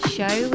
Show